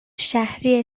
شهری